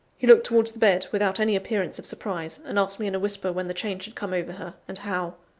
he looked towards the bed without any appearance of surprise, and asked me in a whisper when the change had come over her, and how.